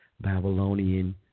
Babylonian